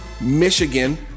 Michigan –